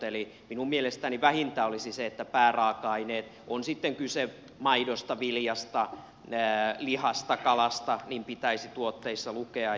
eli minun mielestäni vähintä olisi se että pääraaka aineet on sitten kyse maidosta viljasta lihasta kalasta pitäisi tuotteissa lukea